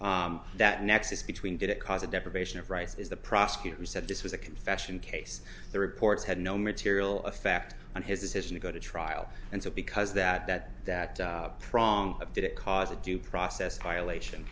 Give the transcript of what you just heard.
that nexus between did it cause a deprivation of rights is the prosecutor said this was a confession case the reports had no material effect on his decision to go to trial and so because that that that prong of did it cause a due process violation